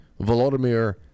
Volodymyr